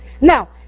Now